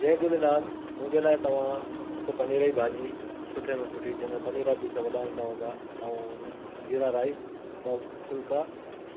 जय झूलेलाल मुंहिंजे लाइ तव्हां हिकु पनीर जी भाॼी सुठे में सुठी जंहिंमे पनीर जा पीस वॾा ईंदा ऐं जीरा राइस ॿ फुलिका